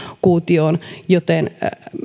kuutioon joten